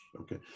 Okay